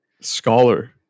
scholar